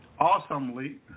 Awesomely